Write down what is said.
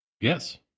Yes